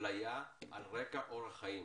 לאפליה על רקע אורח חיים,